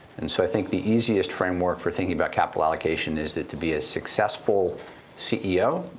and so i think the easiest framework for thinking about capital allocation is that to be a successful ceo,